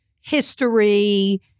history